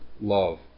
love